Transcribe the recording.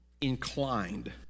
inclined